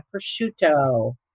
prosciutto